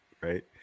right